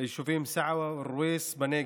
ביישובים סעווה ואלרוויס בנגב,